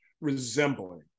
resembling